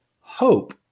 Hope